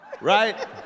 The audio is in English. right